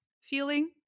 feeling